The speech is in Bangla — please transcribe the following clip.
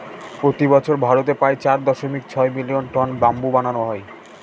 প্রতি বছর ভারতে প্রায় চার দশমিক ছয় মিলিয়ন টন ব্যাম্বু বানানো হয়